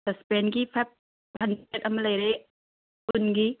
ꯁꯁꯄꯦꯟꯒꯤ ꯐꯥꯏꯕ ꯍꯟꯗ꯭ꯔꯦꯠ ꯑꯃ ꯂꯩꯔꯦ ꯁ꯭ꯄꯨꯟꯒꯤ